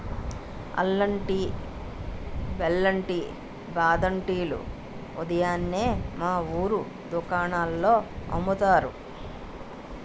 అల్లం టీ, బెల్లం టీ, బాదం టీ లు ఉదయాన్నే మా వూరు దుకాణాల్లో అమ్ముతారు